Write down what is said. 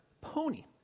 pony